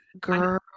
girl